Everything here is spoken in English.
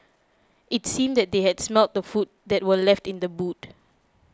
it seemed that they had smelt the food that were left in the boot